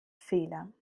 fehler